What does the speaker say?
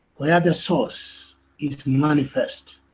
where the source is manifest.